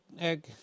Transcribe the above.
egg